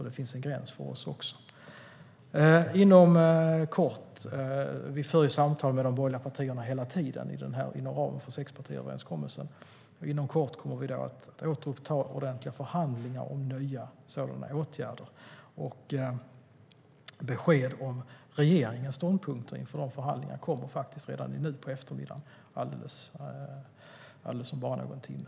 Det finns en gräns för oss också. Vi för samtal med de borgerliga partierna hela tiden inom ramen för sexpartiöverenskommelsen. Inom kort kommer vi att återuppta ordentliga förhandlingar om nya sådana här åtgärder. Besked om regeringens ståndpunkter inför de förhandlingarna kommer faktiskt redan nu på eftermiddagen, om bara någon timme.